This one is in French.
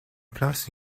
place